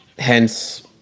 Hence